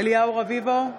אליהו רביבו,